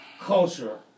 culture